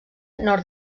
nord